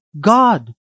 God